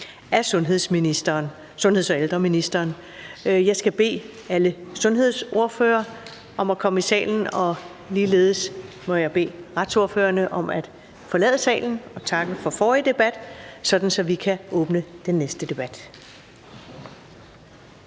(Karen Ellemann): Jeg skal bede alle sundhedsordførere om at komme i salen, og ligeledes må jeg bede retsordførerne om at forlade salen – og jeg takker for den forrige debat – sådan at vi kan åbne den næste debat.